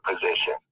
position